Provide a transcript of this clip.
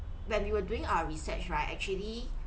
when we were doing our research right actually